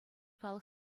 халӑх